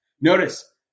Notice